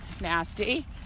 nasty